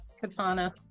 katana